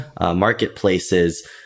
marketplaces